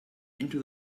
into